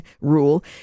rule